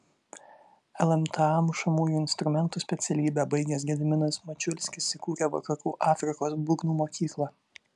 lmta mušamųjų instrumentų specialybę baigęs gediminas mačiulskis įkūrė vakarų afrikos būgnų mokyklą